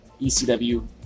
ECW